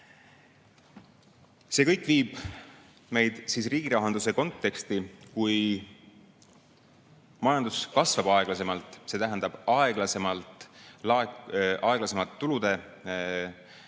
See kõik viib meid riigirahanduse konteksti. Kui majandus kasvab aeglasemalt, siis see tähendab aeglasemat tulude